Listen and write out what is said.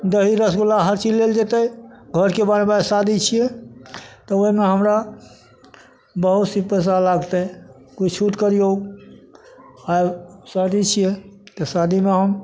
दही रसगुल्ला हर चीज लेल जेतै घरके शादी छियै तऽ ओहिमे हमरा बहुत से पैसा लागतै किछु छूट करियौ आ शादी छियै तऽ शादीमे हम